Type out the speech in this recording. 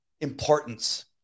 importance